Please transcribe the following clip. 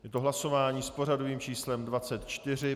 Je to hlasování s pořadovým číslem 24.